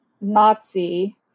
Nazi